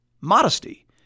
modesty